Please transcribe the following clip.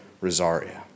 Rosaria